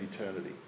eternity